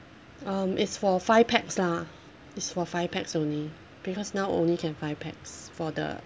um it's for five pax lah it's for five pax only because now only can five pax for the